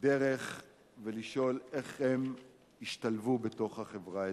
דרך ולשאול איך הם ישתלבו בחברה האזרחית.